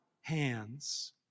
hands